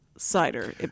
Cider